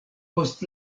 post